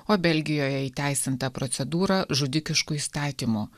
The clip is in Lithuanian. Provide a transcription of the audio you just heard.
o belgijoje įteisinta procedūrą žudikišku įstatymu